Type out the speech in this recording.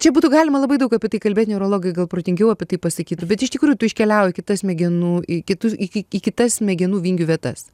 čia būtų galima labai daug apie tai kalbėt neurologai gal protingiau apie tai pasakytų bet iš tikrųjų tu iškeliauji kita smegenų į kitus į ki į kitas smegenų vingių vietas